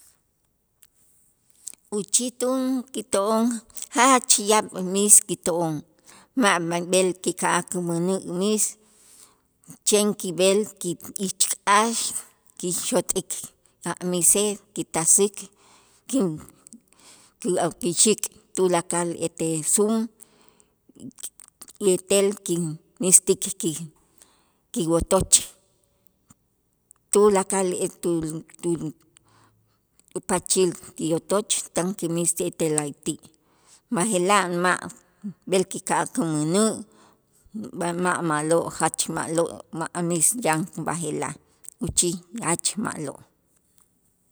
Uchitun kito'on jach yaab' miis kito'on, ma' b'el kika'aj kumänä' miis chen kib'el ki ich k'aax kixot'ik ajmiisej kitasik kixik' tulakal ete sum etel kinmiistik kiwotoch tulakal tul tul pachil ti otoch tan kimiisej ti la'ayti' b'aje'laj ma' b'el kika'aj kumänä' b'a ma' ma'lo' jach ma'lo' ma' miis yan b'aje'laj uchij jach ma'lo'.